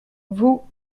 vous